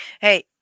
Hey